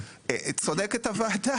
צודקת הוועדה,